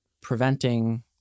preventing